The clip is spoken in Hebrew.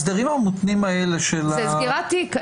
ההסדרים המותנים האלה --- זה סגירת תיק.